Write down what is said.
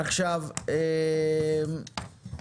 יש לי